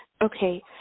Okay